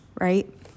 right